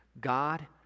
God